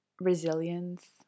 resilience